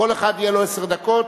כל אחד יהיו לו עשר דקות.